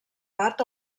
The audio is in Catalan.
part